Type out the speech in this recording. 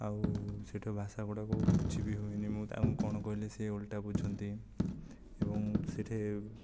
ଆଉ ସେଇଠା ଭାଷା ଗୁଡ଼ାକୁ ବୁଝି ବି ହୁଏନି ମୁଁ ତାଙ୍କୁ କ'ଣ କହିଲି ସେ ଓଲଟା ବୁଝନ୍ତି ଏବଂ ସେଠି